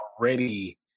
already